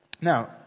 now